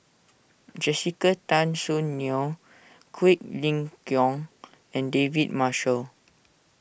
Jessica Tan Soon Neo Quek Ling Kiong and David Marshall